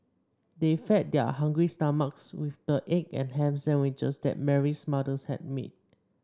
they fed their hungry stomachs with the egg and ham sandwiches that Mary's mother had made